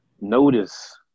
Notice